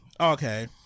Okay